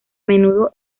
menudo